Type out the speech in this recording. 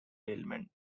ailment